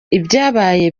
ibyabaye